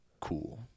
cool